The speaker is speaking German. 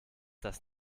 das